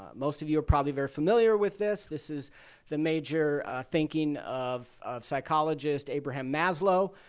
um most of you are probably very familiar with this. this is the major thinking of of psychologist abraham maslow.